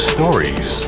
Stories